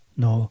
no